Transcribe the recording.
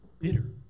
Bitter